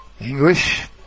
English